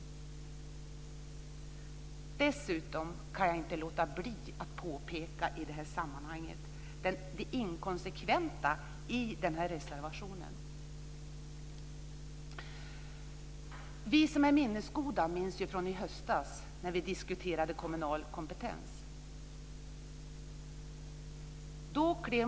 Dessutom kan jag inte låta bli att i det här sammanhanget påpeka det inkonsekventa i reservationen. Vi som är minnesgoda minns när vi i höstas diskuterade kommunal kompetens.